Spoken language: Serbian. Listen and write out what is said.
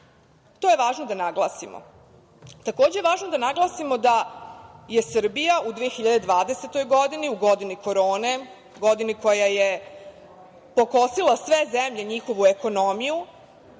To je važno da naglasimo. Takođe je važno da naglasimo da je Srbija u 2020. godini, u godini korone, godini koja je pokosila sve zemlje, njihovu ekonomiju,